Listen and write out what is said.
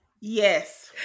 Yes